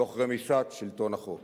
תוך רמיסת שלטון החוק.